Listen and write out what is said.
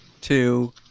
two